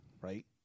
right